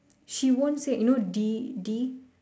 she won't say you know D D